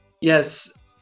Yes